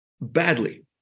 badly